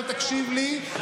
לא תקשיב לי,